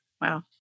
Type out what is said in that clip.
Wow